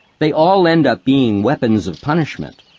they all end up being weapons of punishment.